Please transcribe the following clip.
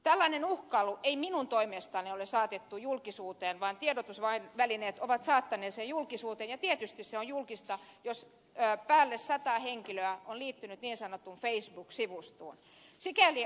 tällaista uhkailua ei minun toimestani ole saatettu julkisuuteen vaan tiedotusvälineet ovat saattaneet sen julkisuuteen ja tietysti on julkista jos päälle sata henkilöä on liittynyt niin sanottuun facebook sivustoon